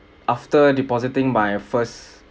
after depositing my first